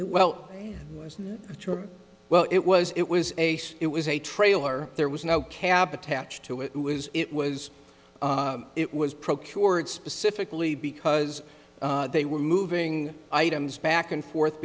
well well it was it was a it was a trailer there was no cab attached to it was it was it was procured specifically because they were moving items back and forth